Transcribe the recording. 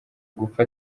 gupfa